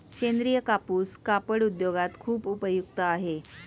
सेंद्रीय कापूस कापड उद्योगात खूप उपयुक्त आहे